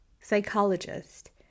psychologist